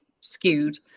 skewed